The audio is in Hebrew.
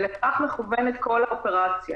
לכך מכוונת כל האופרציה.